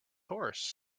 horse